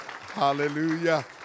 Hallelujah